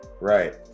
Right